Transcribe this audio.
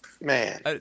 Man